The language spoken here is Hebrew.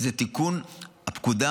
שזה תיקון הפקודה